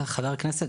חבר הכנסת,